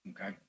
okay